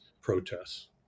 protests